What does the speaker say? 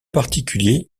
particulier